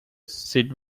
sid